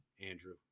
Andrew